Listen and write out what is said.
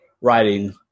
writing